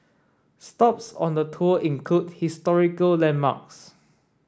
stops on the tour include historical landmarks